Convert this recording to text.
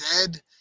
dead